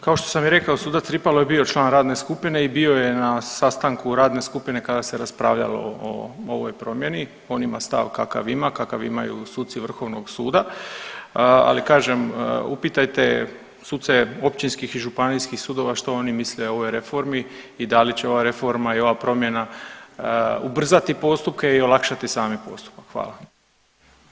Kao što sam i rekao sudac Tripalo je bio član radne skupine i bio je na sastanku radne skupine kada se raspravljalo o ovoj promjeni, on ima stav kakav ima, kakav imaju suci vrhovnog suda, ali kažem upitajte suce općinskih i županijskih sudova što oni misle o ovoj reformi i da li će ova reforma i ova promjena ubrzati postupke i olakšati sami postupak, hvala.